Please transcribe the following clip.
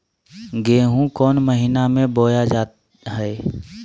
गेहूँ कौन महीना में बोया जा हाय?